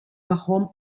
tagħhom